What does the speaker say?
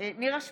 נירה שפק,